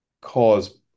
cause